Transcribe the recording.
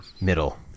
Middle